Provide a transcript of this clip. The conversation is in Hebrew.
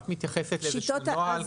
את מתייחסת לאיזשהו נוהל.